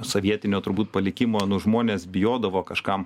sovietinio turbūt palikimo nu žmonės bijodavo kažkam